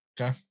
Okay